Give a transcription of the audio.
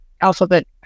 alphabet